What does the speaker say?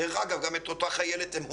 דרך אגב, גם את אותה חיילת הם הונו,